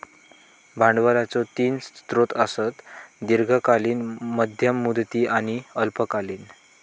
भांडवलाचो तीन स्रोत आसत, दीर्घकालीन, मध्यम मुदती आणि अल्पकालीन